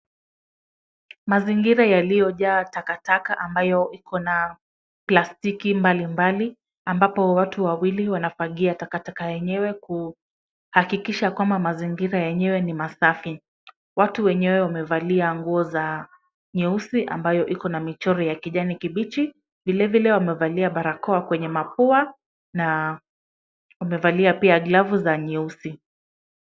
Mazingira yaliyojaa takataka ambayo iko na plastiki mbalimbali ambapo watu wawili wanafagia takataka yenyewe kuhakikisha kwamba mazingira yenyewe ni safi. Watu wenyewe wamevalia nguo za nyeusi ambayo iko na michoro ya kijani kibichi. Vilevile wamevalia pia barakoa kwenye mapua na wamevalia pia glavu za nyeusi.